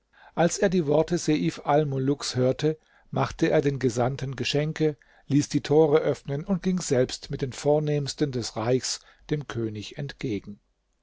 als er die worte seif almuluks hörte machte er den gesandten geschenke ließ die tore öffnen und ging selbst mit den vornehmsten des reichs dem könig entgegen